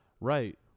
Right